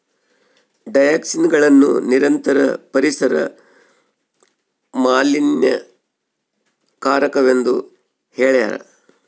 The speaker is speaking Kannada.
ಡಯಾಕ್ಸಿನ್ಗಳನ್ನು ನಿರಂತರ ಪರಿಸರ ಮಾಲಿನ್ಯಕಾರಕವೆಂದು ಹೇಳ್ಯಾರ